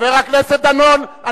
חבר הכנסת דנון.